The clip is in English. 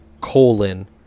colon